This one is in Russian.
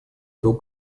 двух